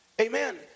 Amen